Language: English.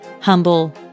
humble